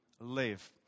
live